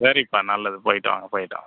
சரிப்பா நல்லது போயிட்டு வாங்க போயிட்டு வாங்க